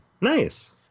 nice